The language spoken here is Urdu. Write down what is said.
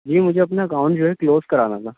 جی مجھے اپنا اکاؤنٹ جو ہے کلوز کرانا تھا